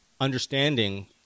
understanding